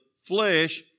flesh